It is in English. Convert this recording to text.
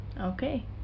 okay